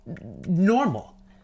normal